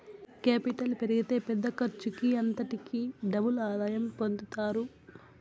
capital పెరిగితే పెద్ద ఖర్చుకి అంతటికీ డబుల్ ఆదాయం పొందుతారు